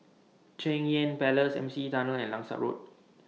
Cheng Yan Palace M C E Tunnel and Langsat Road